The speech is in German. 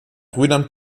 brüdern